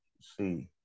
see